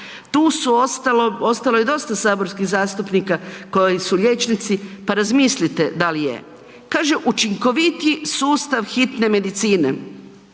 Tu su, ostalo je dosta saborskih zastupnika koji su liječnici, pa razmislite da li je? Kaže učinkovitiji sustav hitne medicine,